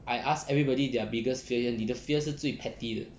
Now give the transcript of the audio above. I ask everybody their biggest fear 你的 fear 是最 petty 的